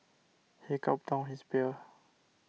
he gulped down his beer